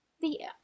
The